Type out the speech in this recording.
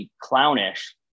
clownish